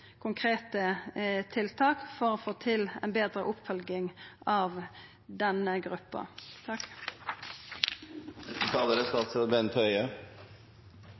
konkrete tiltak for å få til ei betre oppfølging av denne gruppa?